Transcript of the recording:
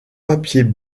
papier